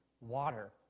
water